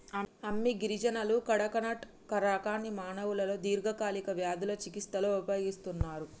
అమ్మి గిరిజనులు కడకనట్ రకాన్ని మానవులలో దీర్ఘకాలిక వ్యాధుల చికిస్తలో ఉపయోగిస్తన్నరు